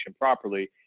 properly